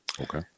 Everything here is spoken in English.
Okay